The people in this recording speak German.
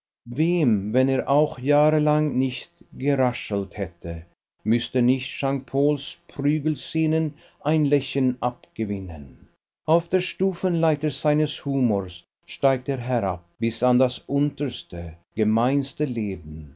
wem wenn er auch jahrelang nicht gelächelt hätte müßten nicht jean pauls prügelszenen ein lächeln abgewinnen auf der stufenleiter seines humors steigt er herab bis in das unterste gemeinste leben